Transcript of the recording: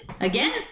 Again